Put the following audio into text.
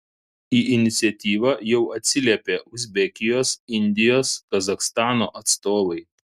į iniciatyvą jau atsiliepė uzbekijos indijos kazachstano atstovai